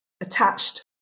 attached